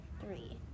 three